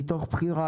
מתוך בחירה,